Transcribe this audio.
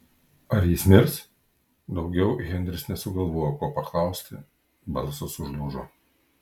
ar jis mirs daugiau henris nesugalvojo ko paklausti balsas užlūžo